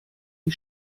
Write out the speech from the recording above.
die